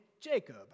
Jacob